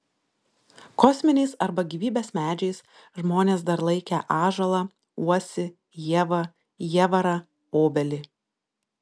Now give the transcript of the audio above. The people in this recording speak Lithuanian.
kosminiais arba gyvybės medžiais žmonės dar laikę ąžuolą uosį ievą jievarą obelį